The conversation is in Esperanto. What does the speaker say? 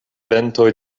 ventoj